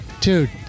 Dude